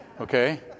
Okay